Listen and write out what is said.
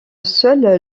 seul